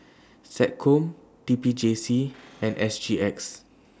Seccom T P J C and S G X